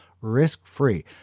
risk-free